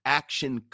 action